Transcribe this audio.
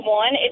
one